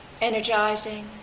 Energizing